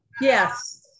yes